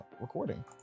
recording